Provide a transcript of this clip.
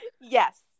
Yes